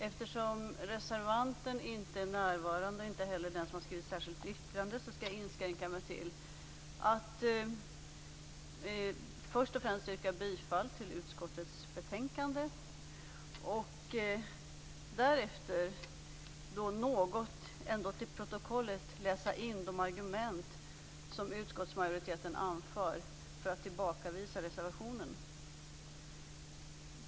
Eftersom reservanten inte är närvarande och inte heller den som har skrivit ett särskilt yttrande skall jag inskränka mig till att först och främst yrka bifall till hemställan i utskottets betänkande, och därefter något ändå till protokollet läsa in de argument som utskottsmajoriteten anför för att tillbakavisa reservationen.